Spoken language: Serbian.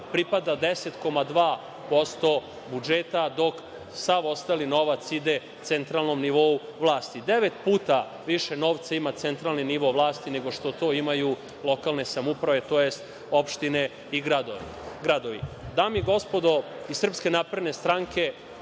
pripada 10,2% budžeta, dok sav ostali novac ide centralnom nivou vlasti. Devet puta više novca ima centralni nivo vlasti nego što to imaju lokalne samouprave, tj. opštine i gradovi. Dame i gospodo iz SNS, od 2012. godine